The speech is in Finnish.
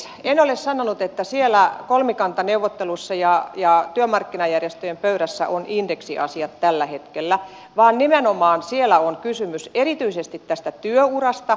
en ole sanonut että siellä kolmikantaneuvotteluissa ja työmarkkinajärjestöjen pöydässä on indeksiasiat tällä hetkellä vaan nimenomaan siellä on kysymys erityisesti tästä työurasta